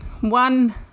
one